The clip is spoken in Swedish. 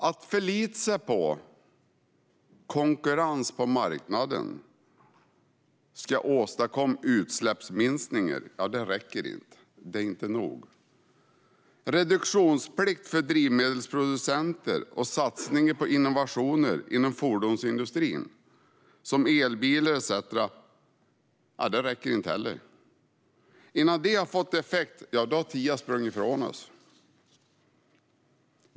Att förlita sig på att "konkurrens på marknaden" ska åstadkomma utsläppsminskningar räcker inte; det är inte nog. Reduktionsplikt för drivmedelsproducenter och satsningar på innovationer inom fordonsindustrin som elbilar etcetera räcker inte heller. Innan de har fått effekt har tiden sprungit ifrån oss.